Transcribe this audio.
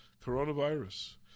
coronavirus